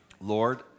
Lord